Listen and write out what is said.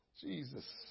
Jesus